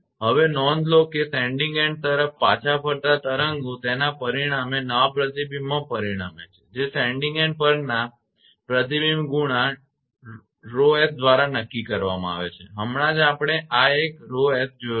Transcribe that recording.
હવે નોંધ લો કે સેન્ડીંગ એન્ડ તરફ પાછા ફરતા તરંગો તેના પરિણામે નવા પ્રતિબિંબમાં પરિણમે છે જે સેન્ડીંગ એન્ડ પરના પ્રતિબિંબ ગુણાંક 𝜌𝑠 દ્વારા નક્કી કરવામાં આવે છે હમણાં જ આપણે આ એક 𝜌𝑠 જોયો છે